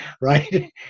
right